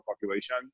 population